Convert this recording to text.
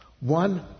One